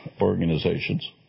organizations